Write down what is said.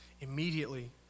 Immediately